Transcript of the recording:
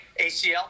ACL